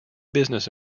business